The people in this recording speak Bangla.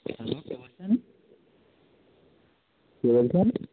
হ্যালো কে বলছেন কে বলছেন